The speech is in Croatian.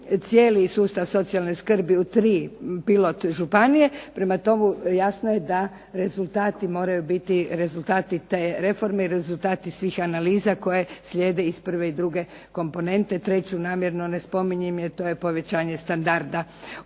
cijeli sustav socijalne skrbi u tri pilot županije. Prema tome, jasno je da rezultati moraju biti rezultati te reforme i rezultati svih analiza koje slijede iz prve i druge komponente. Treću namjerno ne spominjem jer to je povećanje standarda u